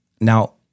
Now